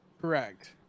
Correct